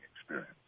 experience